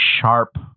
sharp